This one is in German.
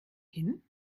hin